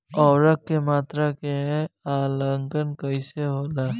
उर्वरक के मात्रा के आंकलन कईसे होला?